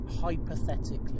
hypothetically